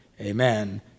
amen